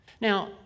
Now